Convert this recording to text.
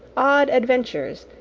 odd adventures,